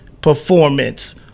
performance